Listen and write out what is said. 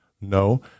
No